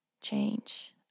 change